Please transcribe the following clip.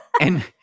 And-